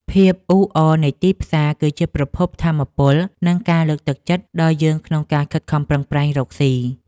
ភាពអ៊ូអរនៃទីផ្សារគឺជាប្រភពថាមពលនិងការលើកទឹកចិត្តដល់យើងក្នុងការខិតខំប្រឹងប្រែងរកស៊ី។